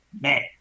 Man